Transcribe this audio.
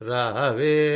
Rahave